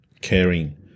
caring